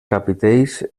capitells